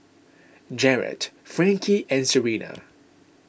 Jaret Frankie and Serina